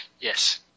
Yes